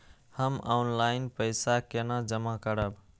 हम ऑनलाइन पैसा केना जमा करब?